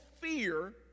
fear